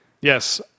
Yes